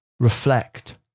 Reflect